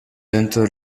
dentro